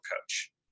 coach